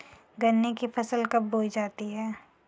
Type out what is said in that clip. गन्ने की फसल कब बोई जाती है?